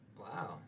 Wow